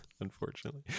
unfortunately